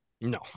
No